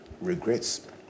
regrets